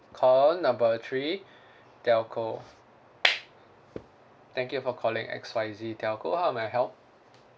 call number three telco thank you for calling X Y Z telco how may I help